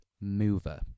mover